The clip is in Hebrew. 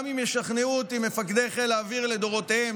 גם אם ישכנעו אותי מפקדי חיל האוויר לדורותיהם